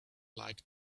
like